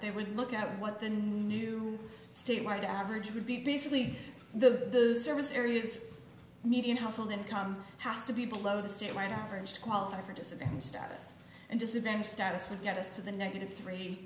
they would look at what the new statewide average would be basically the service areas median household income has to be below the state line average to qualify for disability status and disadvantage status would get us to the negative three